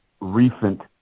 recent